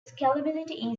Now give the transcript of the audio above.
scalability